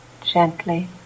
Gently